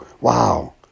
wow